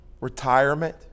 Retirement